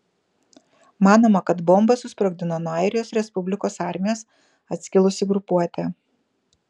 manoma kad bombą susprogdino nuo airijos respublikos armijos atskilusi grupuotė